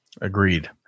Agreed